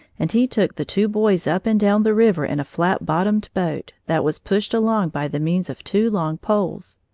and he took the two boys up and down the river in a flat-bottomed boat that was pushed along by the means of two long poles.